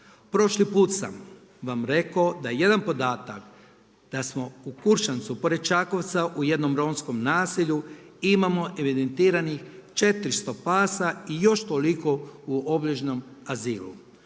Prošli put sam vam rekao da jedan podatak, da smo u Kuršancu pored Čakovca, u jednom romskom naselju imamo evidentiranih 400 pasa i još toliko u obližnjem azilu.